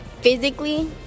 Physically